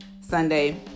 Sunday